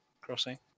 crossing